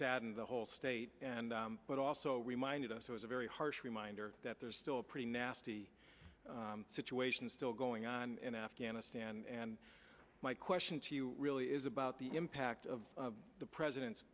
saddened the whole state and but also reminded us it was a very harsh reminder that there's still a pretty nasty situation still going on in afghanistan and my question to you really is about the impact of the president